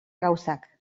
gauzak